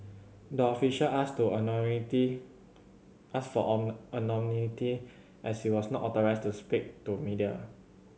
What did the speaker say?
the official asked authority asked for anonymity as he was not authorised to speak to media